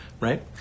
right